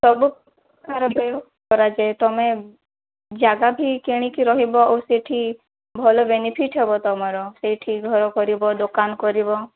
ସବୁ ପ୍ରକାର କରାଯାଏ ତମେ ଜାଗା ଭୀ କିଣିକି ରହିବ ଆଉ ସେଠି ଭଲ ବେନିଫିଟ୍ ହେବ ତୁମର ସେଇଠି ଘର କରିବ ଦୋକାନ କରିବ